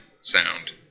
sound